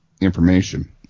information